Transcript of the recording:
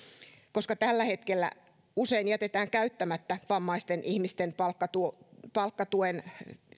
koska tällä hetkellä usein jätetään käyttämättä vammaisten ihmisten palkkatuen palkkatuen